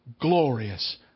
glorious